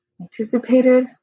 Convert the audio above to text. anticipated